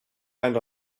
and